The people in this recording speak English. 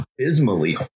abysmally